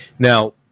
Now